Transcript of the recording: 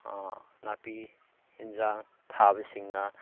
ꯅꯥꯄꯤ ꯑꯦꯟꯖꯥꯡ ꯊꯥꯕꯁꯤꯡꯅ